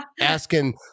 asking